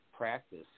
practice